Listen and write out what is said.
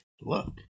look